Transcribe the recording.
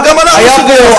אבל גם אנחנו סוגיה אחרת.